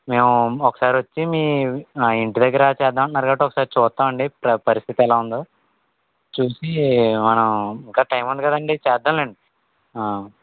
మేము ఒకసారి వచ్చి మీ ఇంటి దగ్గర చేద్దాము అంటున్నారు కాబట్టి ఒకసారి చూస్తామండి ప పరిస్థితి ఎలా ఉందో చూసి మనం ఇంకా టైం ఉంది కదండీ చేద్దాంలేండి